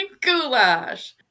goulash